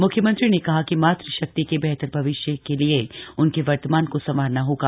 मुख्यतंत्री ने कहा कि मातृ शक्ति के बेहतर भविष्य के लिए उनके वर्तमान को संवारना होगा